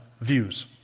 views